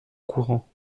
courant